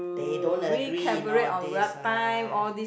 they don't agree in all these ah